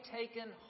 taken